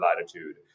latitude